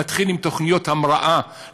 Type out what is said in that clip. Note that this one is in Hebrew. להתחיל עם תוכניות המראה.